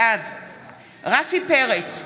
בעד רפי פרץ,